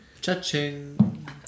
Cha-ching